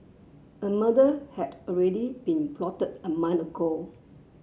a murder had already been plotted a month ago